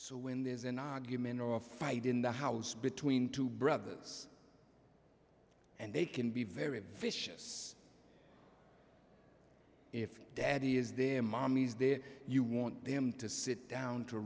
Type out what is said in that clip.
so when there's an argument or a fight in the house between two brothers and they can be very a vicious if daddy is their mommies their you want them to sit down to